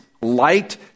Light